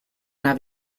una